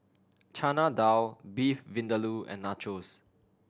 Chana Dal Beef Vindaloo and Nachos